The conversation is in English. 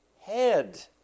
head